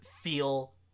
feel